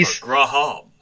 Graham